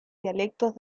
dialectos